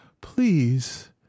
Please